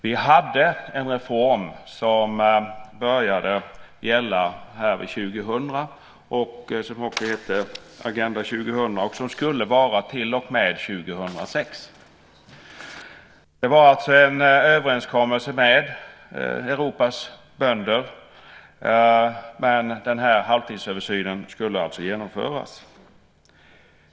Vi hade en reform som började gälla 2000, som också hette Agenda 2000 och som skulle vara till och med 2006. Det var alltså en överenskommelse med Europas bönder, men halvtidsöversynen skulle alltså genomföras.